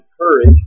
courage